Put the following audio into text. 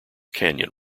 canyon